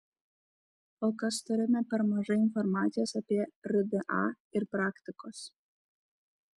kol kas turime per mažai informacijos apie rda ir praktikos